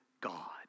God